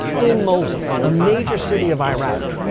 in mosul, a major city of iraq.